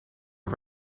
are